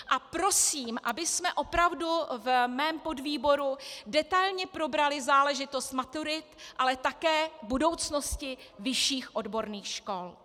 A prosím, abychom opravdu v mém podvýboru detailně probrali záležitost maturit, ale také budoucnosti vyšších odborných škol.